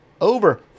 Over